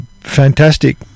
fantastic